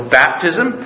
baptism